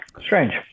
strange